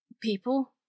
people